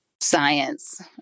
science